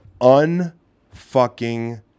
unfucking